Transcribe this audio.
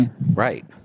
Right